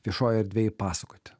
viešoj erdvėj pasakoti